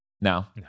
now